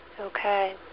Okay